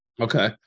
Okay